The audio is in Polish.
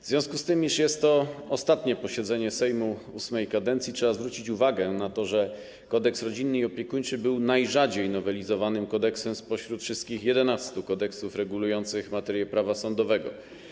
W związku z tym, iż jest to ostatnie posiedzenie Sejmu VIII kadencji, trzeba zwrócić uwagę na to, że Kodeks rodzinny i opiekuńczy był najrzadziej nowelizowanym kodeksem spośród wszystkich 11 kodeksów regulujących materię prawa sądowego.